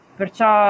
perciò